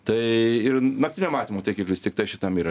tai ir naktinio matymo taikiklis tiktai šitam yra